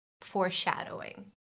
foreshadowing